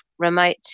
remote